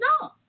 No